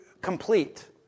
complete